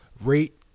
rate